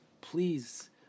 please